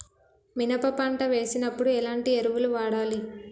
మినప పంట వేసినప్పుడు ఎలాంటి ఎరువులు వాడాలి?